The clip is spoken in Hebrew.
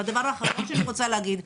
והדבר האחרון שאני רוצה להגיד,